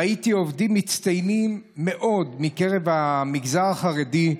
ראיתי עובדים מצטיינים מאוד מקרב המגזר החרדי,